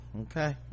okay